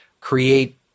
create